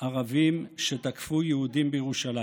ערבים שתקפו יהודים בירושלים.